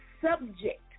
subject